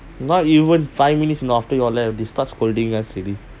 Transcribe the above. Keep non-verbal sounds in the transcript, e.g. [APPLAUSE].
not even five minutes [NOISE] after you all left they start scolding us already